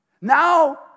Now